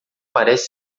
parece